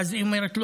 ואז היא אומרת לו: